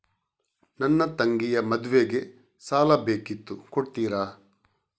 ನನ್ನ ತಂಗಿಯ ಮದ್ವೆಗೆ ಸಾಲ ಬೇಕಿತ್ತು ಕೊಡ್ತೀರಾ?